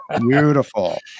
Beautiful